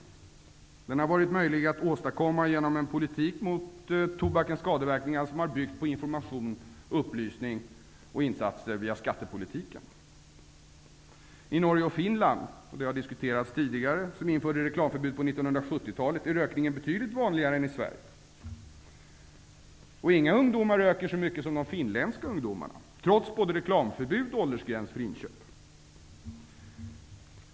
Den har varit möjlig att åstadkomma genom en politik mot tobakens skadeverkningar som har byggt på information, upplysning och insatser via skattepolitiken. I Norge och Finland, som har diskuterats tidigare, som införde reklamförbud på 1970-talet är rökningen betydligt vanligare än i Sverige. Och inga ungdomar röker så mycket som de finländska, trots både reklamförbud och åldersgräns för inköp.